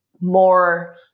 more